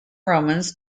romans